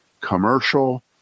commercial